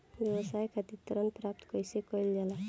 व्यवसाय खातिर ऋण प्राप्त कइसे कइल जाला?